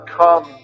come